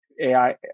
AI